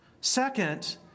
Second